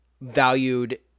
valued